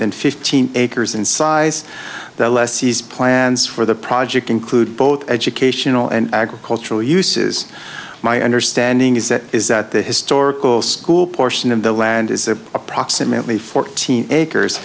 than fifteen acres in size the lessees plans for the project include both educational and agricultural uses my understanding is that is that the historical school portion of the land is approximately fourteen acres